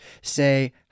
say